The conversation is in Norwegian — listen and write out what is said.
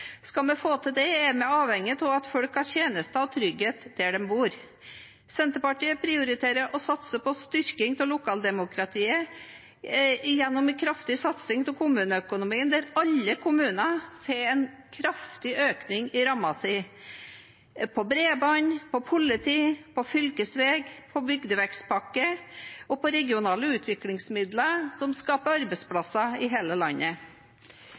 Skal vi få til det, er vi avhengige av at folk har tjenester og trygghet der de bor. Senterpartiet prioriterer å satse på styrking av lokaldemokratiet gjennom en kraftig satsing på kommuneøkonomien der alle kommuner får en kraftig økning i rammen sin, til bredbånd, politi, fylkesveg, bygdevekstpakker og til regionale utviklingsmidler, som skaper arbeidsplasser i hele landet.